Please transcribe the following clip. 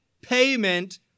payment